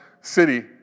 city